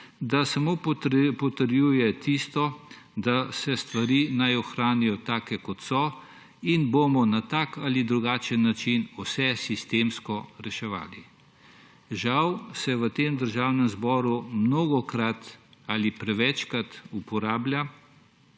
da samo potrjuje tisto, da se stvari naj ohranijo take kot so in bomo na tak ali drugačen način vse sistemsko reševali. Žal se v Državnem zboru mnogokrat ali prevečkrat uporablja